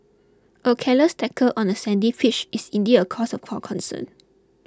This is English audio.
a careless tackle on a sandy pitch is indeed a cause for concern